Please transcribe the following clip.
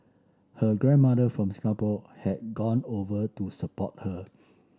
her grandmother from Singapore had gone over to support her